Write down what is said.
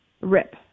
Rip